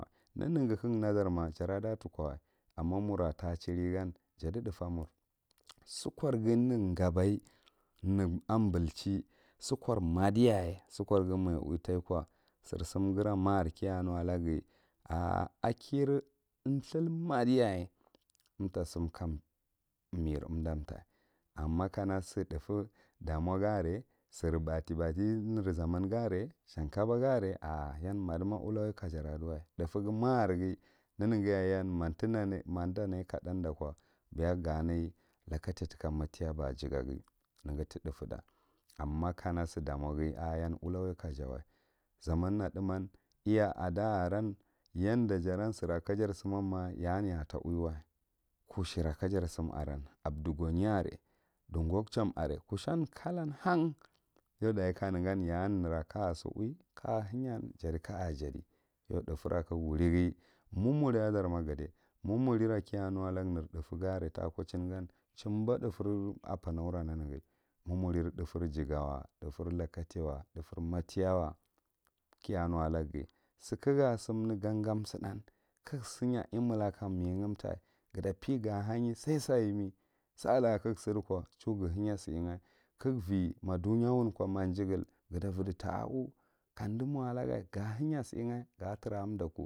Neneghi kaga nadar ma jara ɗatunow amma mwa tachiri gan ja ti thufa mur sukorghi nengabai, nenanbillah sukar madiyaye sukorghi ma uwi taiya ko sir sungiwa makir kiya nuwalagaghi ar akiri thur maɗiyaye umta sunkamiry undan tahh umma kana sithufu dama ga are sir baffr batti shan kaboh ga are yan madima uluwai kan a diwa thufu ghi markirghi yeneghi yaye yan matin ana mamdi tanai ka thah dako beya ga nai lakatai tika matiya ba jigaghi neghi tithufu ɗa amma kana sida moghi are yan ulawai kajawa, zaman na thuman iya dada ae aram yan da jaram sura ka jar summam ma ya an ya a tauwiwa, kushera ka jar sumaran ma ya an ya a ta uwlwa, afdugoni are dugokchan are, kushan kalan han ya ɗachi ya an nera ka a si uwi, ka a heyan ya tika a jadi, yau thufu ra ka ga wurighi moumora dar ma gadi moumora kiya nuulagu nar thufur a takochin gan, thumba thufur upanora neneghi moumore thufur jigawa, thufur lukataiwa, thu’fur matiyawa kiya nuwalaghi, sikaga sumne gaga suɗɗan, kaya siya imilaka megatai gata pega haye sai sa iyemi, salaka kaga sidi ko chua ngah henya si inga, kaga ciy ma duga whnm ko manjigul gata viɗi ta a u’ kamɗi mo alaga ga heya siinga ga tra a daku.